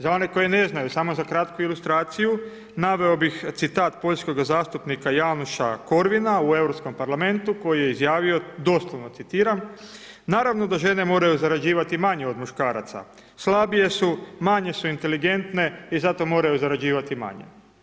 Za one koji ne znaju samo za kratku ilustraciju naveo bih citat poljskoga zastupnika Janoša Korvina u Europskom parlamentu koji je izjavio, doslovno citiram „Naravno da žene moraju zarađivati manje od muškaraca, slabije su, manje su inteligentne i zato moraju zarađivati manje“